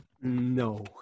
No